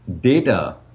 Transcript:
data